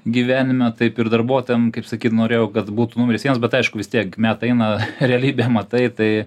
gyvenime taip ir darbuotojam kaip sakyt norėjau kad būtų numeris vienas bet aišku vis tiek metai eina realybę matai tai